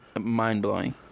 mind-blowing